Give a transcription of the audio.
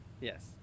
Yes